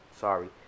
Sorry